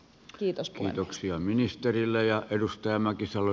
kiitos puheenvuorosta